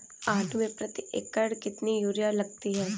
आलू में प्रति एकण कितनी यूरिया लगती है?